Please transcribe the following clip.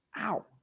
Ow